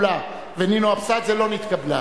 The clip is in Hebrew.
שלמה מולה ונינו אבסדזה לסעיף 1 לא נתקבלה.